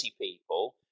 people